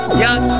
young